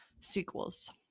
sequels